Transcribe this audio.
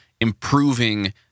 Improving